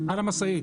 על המשאית,